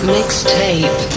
Mixtape